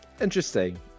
interesting